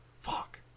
Fuck